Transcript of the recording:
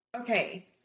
okay